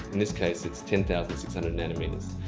in this case, it's ten thousand six hundred nanometers.